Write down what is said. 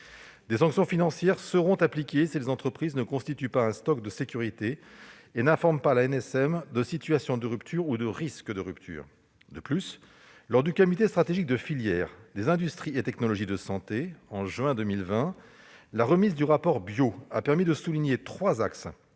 Des sanctions financières seront appliquées si les entreprises ne constituent pas un stock de sécurité et n'informent pas l'ANSM lorsque surviennent des situations de rupture ou de risque de rupture. En outre, lors du comité stratégique de filière des industries et technologies de santé, en juin 2020, la remise du rapport Biot a été l'occasion de présenter trois axes